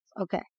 Okay